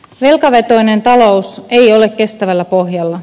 velkavetoinen talous ei ole kestävällä pohjalla